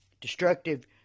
destructive